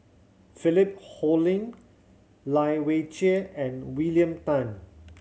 Philip Hoalim Lai Weijie and William Tan